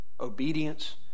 obedience